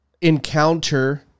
encounter